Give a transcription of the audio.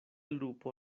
lupo